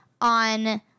on